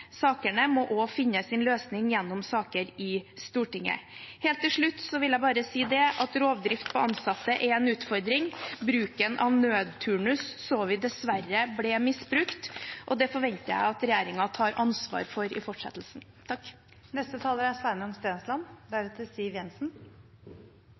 sakene må også finne sin løsning gjennom saker i Stortinget. Helt til slutt vil jeg bare si at rovdrift på ansatte er en utfordring. Bruken av nødturnus så vi dessverre ble misbrukt, og det forventer jeg at regjeringen tar ansvar for i fortsettelsen.